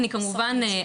נכון,